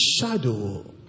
shadow